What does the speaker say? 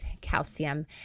calcium